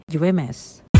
UMS